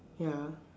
ya